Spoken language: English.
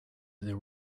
there